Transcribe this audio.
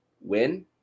win